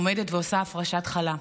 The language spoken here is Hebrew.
עומדת ועושה הפרשת חלה,